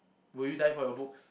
will you die for your books